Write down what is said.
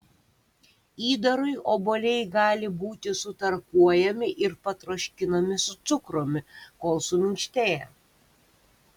įdarui obuoliai gali būti sutarkuojami ir patroškinami su cukrumi kol suminkštėja